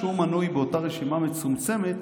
שמנוי באותה רשימה מצומצמת